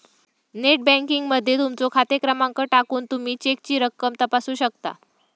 net banking मध्ये तुमचो खाते क्रमांक टाकून तुमी चेकची रक्कम तपासू शकता